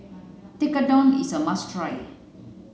Tekkadon is a must try